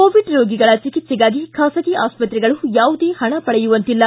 Covid ರೋಗಿಗಳ ಚಿಕಿಸ್ಸೆಗಾಗಿ ಖಾಸಗಿ ಆಸ್ಪತ್ರೆಗಳು ಯಾವುದೇ ಪಣ ಪಡೆಯುವಂತಿಲ್ಲ